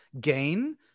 gain